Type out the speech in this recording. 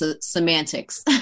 semantics